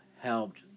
helped